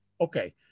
Okay